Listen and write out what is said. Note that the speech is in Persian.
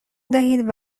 دهید